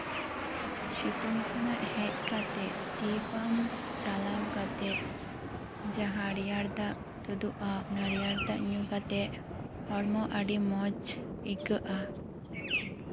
ᱥᱤᱛᱩᱝ ᱠᱷᱚᱱᱟᱜ ᱦᱮᱡ ᱠᱟᱛᱮᱫ ᱴᱤᱭᱩ ᱯᱟᱢ ᱪᱟᱞᱟᱣ ᱠᱟᱛᱮᱫ ᱡᱟᱦᱟᱸ ᱨᱮᱭᱟᱲ ᱫᱟᱜ ᱛᱩᱫᱩᱜᱼᱟ ᱚᱱᱟ ᱨᱮᱭᱟᱲ ᱫᱟᱜ ᱧᱩ ᱠᱟᱛᱮᱫ ᱦᱚᱲᱢᱚ ᱟᱹᱰᱤ ᱢᱚᱡ ᱟᱹᱭᱠᱟᱹᱜᱼᱟ